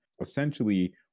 Essentially